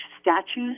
statues